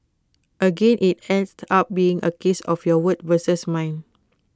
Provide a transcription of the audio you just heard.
again IT ends up being A case of your word versus mine